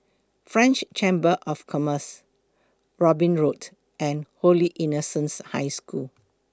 French Chamber of Commerce Robin Road and Holy Innocents' High School